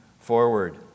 forward